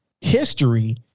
History